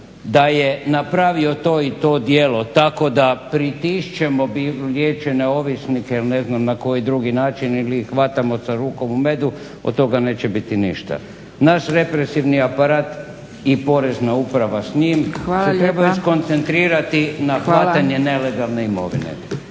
da je napravio to i to djelo, tako da pritišćemo liječene ovisnike ili ne znam na koji drugi način, ili ih hvatamo sa rukom u medu, od toga neće biti ništa. Naš represivni aparat i porezna uprava s njim se trebaju skoncentrirati na hvatanje nelegalne imovine.